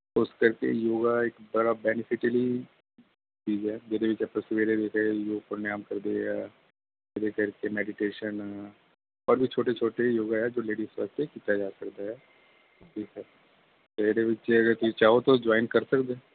ਇਸ ਕਰਕੇ ਯੋਗਾ ਇੱਕ ਬੜਾ ਬੈਨੇਫਿਸ਼ਲੀ ਚੀਜ਼ ਹੈ ਜਿਹਦੇ ਵਿੱਚ ਆਪਾਂ ਸਵੇਰੇ ਸਵੇਰੇ ਯੋਗ ਪ੍ਰਾਣਾਯਾਮ ਕਰਦੇ ਹੈ ਇਹਦੇ ਕਰਕੇ ਮੈਡੀਟੇਸ਼ਨ ਹੋਰ ਵੀ ਛੋਟੇ ਛੋਟੇ ਯੋਗਾ ਹੈ ਜੋ ਲੇਡੀਜ ਵਾਸਤੇ ਕੀਤਾ ਜਾ ਸਕਦਾ ਹੈ ਠੀਕ ਹੈ ਤੇ ਇਹਦੇ ਵਿੱਚ ਅਗਰ ਤੁਸੀਂ ਚਾਹੋ ਤਾਂ ਜੋਇਨ ਕਰ ਸਕਦੇ